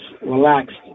relaxed